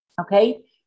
Okay